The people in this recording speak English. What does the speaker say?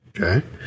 Okay